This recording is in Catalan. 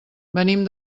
venim